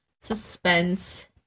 Suspense